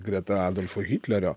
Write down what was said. greta adolfo hitlerio